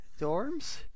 Dorms